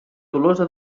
tolosa